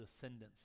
descendants